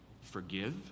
Forgive